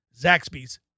Zaxby's